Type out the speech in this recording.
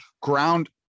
Ground